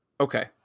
Okay